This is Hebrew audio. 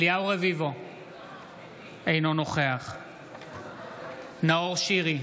אינו נוכח נאור שירי,